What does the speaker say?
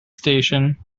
station